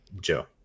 Joe